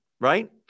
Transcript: right